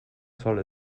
zoll